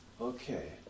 Okay